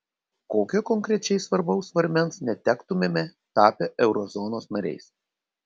kokio konkrečiai svarbaus svarmens netektumėme tapę eurozonos nariais